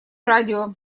радио